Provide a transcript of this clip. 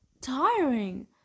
tiring